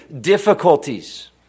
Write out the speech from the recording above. difficulties